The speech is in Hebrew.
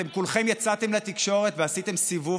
אתם כולכם יצאתם לתקשורת ועשיתם סיבוב